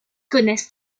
connaissent